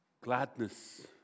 Gladness